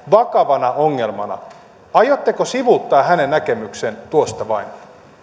vakavana ongelmana aiotteko sivuuttaa hänen näkemyksensä tuosta vain